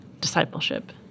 discipleship